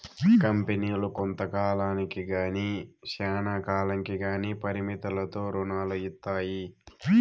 కంపెనీలు కొంత కాలానికి గానీ శ్యానా కాలంకి గానీ పరిమితులతో రుణాలు ఇత్తాయి